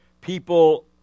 people